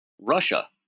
Russia